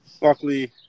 luckily –